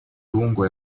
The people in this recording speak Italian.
lungo